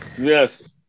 Yes